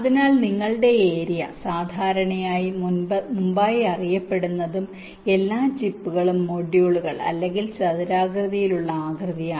അതിനാൽ നിങ്ങളുടെ ഏരിയ സാധാരണയായി മുമ്പായി അറിയപ്പെടുന്നതും എല്ലാ ചിപ്പുകളും മൊഡ്യൂളുകൾ അല്ലെങ്കിൽ ചതുരാകൃതിയിലുള്ള ആകൃതിയാണ്